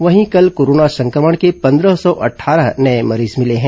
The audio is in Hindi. वहीं कल कोरोना संक्रमण के पंद्रह सौ अट्ठारह नये मरीज मिले हैं